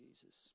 Jesus